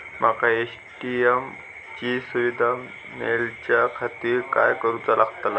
माका ए.टी.एम ची सुविधा मेलाच्याखातिर काय करूचा लागतला?